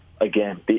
again